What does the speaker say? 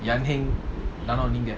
I think not only that